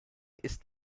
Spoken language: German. ist